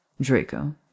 Draco